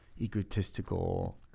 egotistical